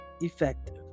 effective